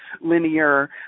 linear